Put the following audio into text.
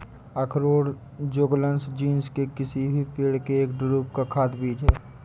अखरोट Juglans genus के किसी भी पेड़ के एक ड्रूप का खाद्य बीज है